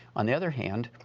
on the other hand,